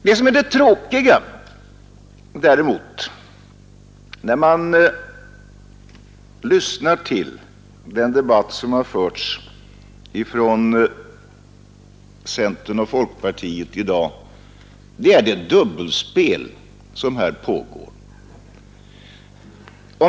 Vad som däremot är tråkigt är det dubbelspel som pågår från centerns och folkpartiets sida.